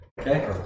Okay